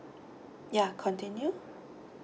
ya continue